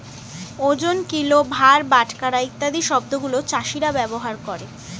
ওজন, কিলো, ভার, বাটখারা ইত্যাদি শব্দ গুলো চাষীরা ব্যবহার করে